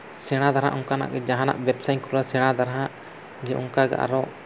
ᱥᱮᱬᱟ ᱫᱷᱟᱨᱟ ᱚᱱᱠᱟᱱᱟᱜ ᱜᱮ ᱡᱟᱦᱟᱱᱟᱜ ᱵᱮᱵᱽᱥᱟᱧ ᱠᱷᱩᱞᱟᱹᱣᱟ ᱥᱮᱬᱟ ᱫᱷᱟᱨᱟᱼᱟᱜ ᱡᱮ ᱚᱱᱠᱟᱜᱮ ᱟᱨᱦᱚᱸ